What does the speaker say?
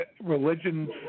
religions